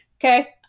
okay